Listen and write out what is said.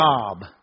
job